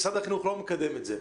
משרד החינוך לא מקדם את זה.